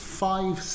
five